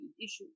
issues